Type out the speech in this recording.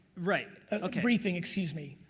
right, okay. a briefing, excuse me.